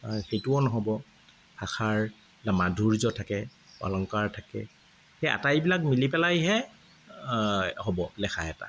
সেইটোও নহ'ব ভাষাৰ মাধুৰ্য্য থাকে অলংকাৰ থাকে সেই আটাইবিলাক মিলি পেলাইহে হ'ব লেখা এটা